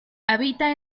habita